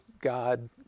God